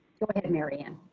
go ahead mary ann.